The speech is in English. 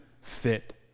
fit